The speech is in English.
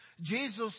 Jesus